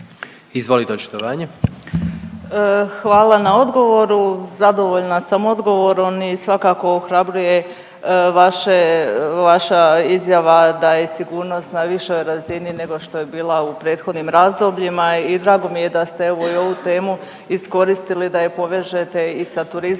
Anita (HDZ)** Hvala na odgovoru. Zadovoljna sam odgovorom i svakako ohrabruje vaša izjava da je sigurnost na višoj razini nego što je bila u prethodnim razdobljima. I drago mi je da ste evo i ovu temu iskoristili da je povežete i sa turizmom